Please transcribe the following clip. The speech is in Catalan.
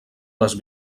les